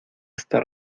esta